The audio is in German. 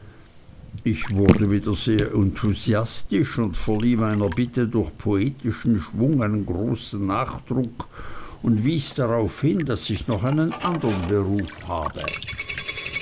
ich wurde wieder sehr enthusiastisch und verlieh meiner bitte durch poetischen schwung einen großen nachdruck und wies darauf hin daß ich noch einen andern beruf habe